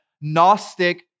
Gnostic